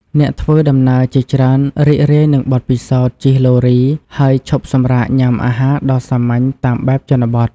អ្នកធ្វើដំណើរជាច្រើនរីករាយនឹងបទពិសោធន៍ជិះឡូរី ហើយឈប់សម្រាកញ៉ាំអាហារដ៏សាមញ្ញតាមបែបជនបទ។